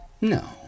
No